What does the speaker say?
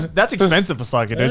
that's expensive for sake,